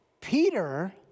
Peter